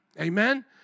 Amen